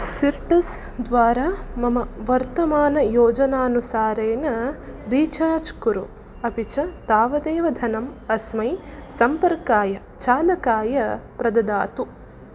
सिर्टर्स् द्वारा मम वर्तमानयोजनानुसारेण रीचार्ज् कुरु अपि च तावदेव धनम् अस्मै सम्पर्काय चालकाय प्रददातु